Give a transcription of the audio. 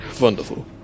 Wonderful